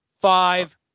Five